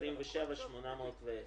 27,810,